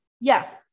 yes